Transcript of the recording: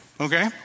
okay